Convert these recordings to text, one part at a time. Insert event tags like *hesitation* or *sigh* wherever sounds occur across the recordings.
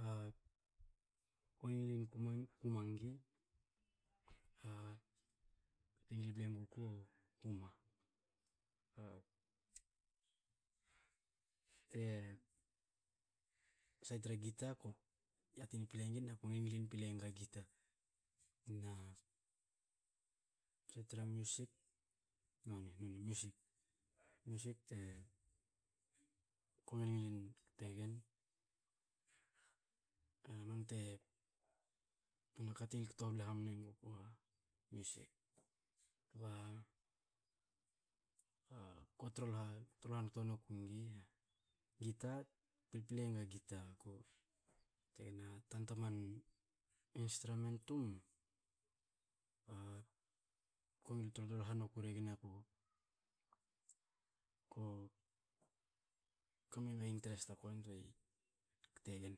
A ko ngilin kuma kuma nigi, a kate ngil ble nuguku kuma, *unintelligible* sait tra gita ko yati pilei nigi na ko mene ngilin pilei enga gita, na sait tra musik noni noni musik, musik te ko mne ngilin kte gen. *unintelligible* kate ngilin kto bla hamne nugku a musik. Kba *hesitation* ko trohlah kto noku nigi gita, pilpilei enga gita aku tanta man instrament tum ako ngil trotrohla noku regen, ako- ko ka menga interest *unintelligible* te kto gen,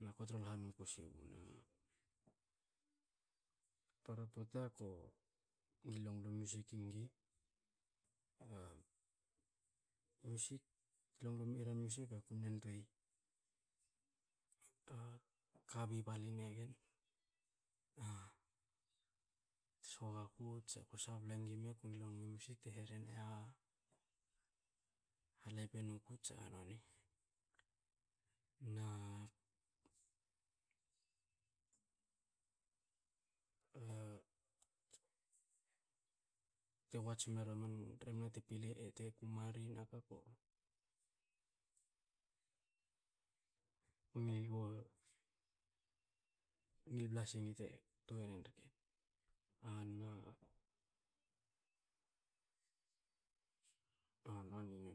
na ko trohla noku si mna. Para pota ko ngilin logolo musik nigi. A musik longlo mera music, aku mne yantuei kabi baline gen. *hesitation* te sho gaku tsa ko sabla nigi me, ko ngilin longle naga musik te hrene ha- halep e no ko tsa hanoni, na *hesitation* te wats me re man rebna te pilei te kuma ri *unintelligible* ngil bla singi te kto wenen rke *hesitation* na *hesitation* rke a man